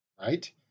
Right